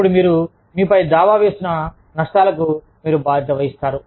అప్పుడు మీరు మీపై దావా వేస్తున్న నష్టాలకు మీరు బాధ్యత వహిస్తారు